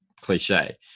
cliche